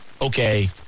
okay